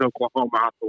Oklahoma